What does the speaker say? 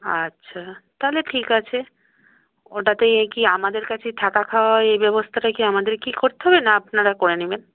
আচ্ছা তাহলে ঠিক আছে ওটাতে কি আমাদের কাছে থাকা খাওয়া এই ব্যবস্থাটা কি আমাদেরকেই করতে হবে না আপনারা করে নেবেন